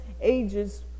ages